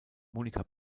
monika